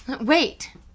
Wait